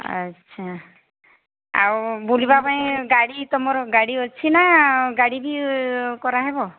ଆଚ୍ଛା ଆଉ ବୁଲିବା ପାଇଁ ଗାଡ଼ି ତୁମର ଗାଡ଼ି ଅଛି ନା ଗାଡ଼ି ବି କରା ହେବ